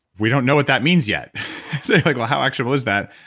we don't know what that means yet so your like, well how actionable is that?